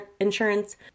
insurance